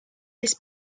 this